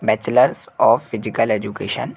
bachelors of physical education